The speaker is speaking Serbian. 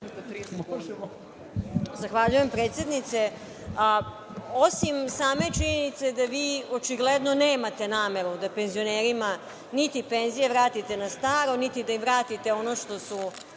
Zahvaljujem, predsednice. Osim same činjenice da vi očigledno nemate nameru da penzionerima niti penzije vratite na staro, niti da im vratite ono što su